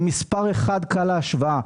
במספר אחד קל להשוואה,